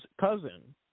cousin